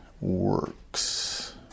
works